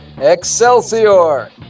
Excelsior